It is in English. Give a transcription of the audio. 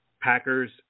Packers